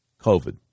COVID